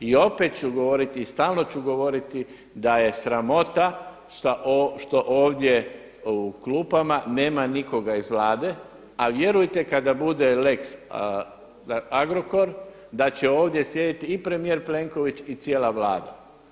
I opet ću govoriti i stalno ću govoriti da je sramota što ovdje u klupama nema nikoga iz Vlade, a vjerujte kada bude lex Agrokor da će ovdje sjediti i premijer Plenković i cijela Vlada.